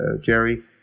Jerry